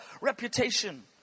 reputation